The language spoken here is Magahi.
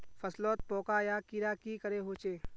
फसलोत पोका या कीड़ा की करे होचे?